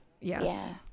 Yes